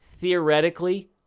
theoretically